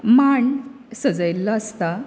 मांड सजयल्लो आसता